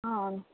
అవును